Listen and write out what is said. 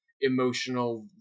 emotional